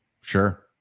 sure